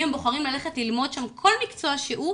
אם הם בוחרים ללכת ללמוד שם כל מקצוע שהוא,